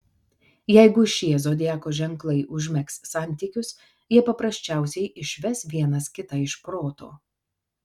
jeigu šie zodiako ženklai užmegs santykius jie paprasčiausiai išves vienas kitą iš proto